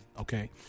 Okay